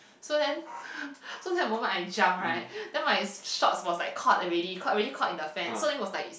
so then so that moment I jump right then my shorts was like caught already caught already caught in the fence so then it was like